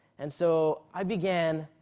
and so i began